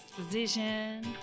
position